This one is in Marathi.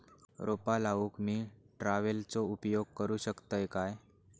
रोपा लाऊक मी ट्रावेलचो उपयोग करू शकतय काय?